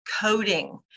coding